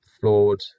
flawed